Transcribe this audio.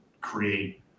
create